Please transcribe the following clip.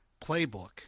playbook